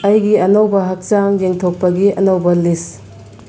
ꯑꯩꯒꯤ ꯑꯅꯧꯕ ꯍꯛꯆꯥꯡ ꯌꯦꯡꯊꯣꯛꯄꯒꯤ ꯑꯅꯧꯕ ꯂꯤꯁ